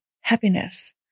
happiness